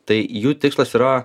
tai jų tikslas yra